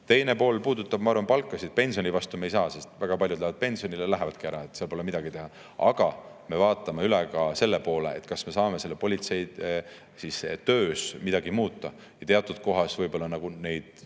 Teine pool puudutab, ma arvan, palkasid. Pensioni vastu me ei saa, sest väga paljud lähevad pensionile, lähevadki ära, pole midagi teha. Aga me vaatame üle ka selle poole, et kas me saame politseitöös midagi muuta ja teatud kohas võib-olla, ma ei